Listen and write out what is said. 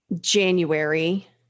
January